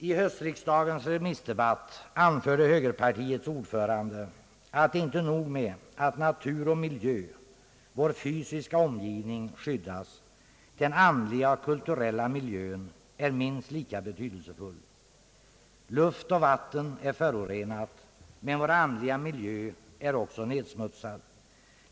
I höstriksdagens remissdebatt anförde högerpartiets ordförande, att det inte är nog med att natur och miljö — vår fysiska omgivning — skyddas; den andliga och kulturella miljön är minst lika betydelsefull. Luft och vatten är förorenade, men vår andliga miljö är också nedsmutsad.